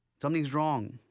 something's wrong.